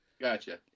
gotcha